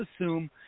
assume –